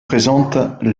présentent